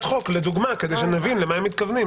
חוק לדוגמה כדי שנבין למה הם מתכוונים,